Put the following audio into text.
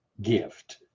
gift